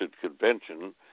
convention